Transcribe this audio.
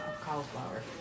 cauliflower